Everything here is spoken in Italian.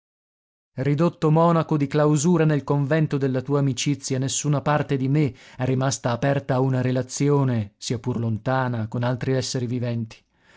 ridotto monaco di clausura nel convento della tua amicizia nessuna parte di me è rimasta aperta a una relazione sia pur lontana con altri esseri viventi